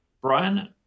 Brian